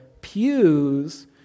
pews